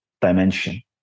dimension